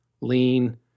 lean